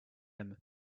him